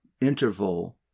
interval